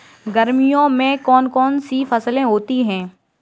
गर्मियों में कौन कौन सी फसल होती है?